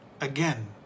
again